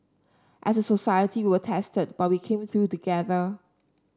as a society we were tested but we came through together